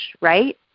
right